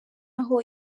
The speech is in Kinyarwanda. aho